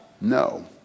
No